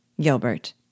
Gilbert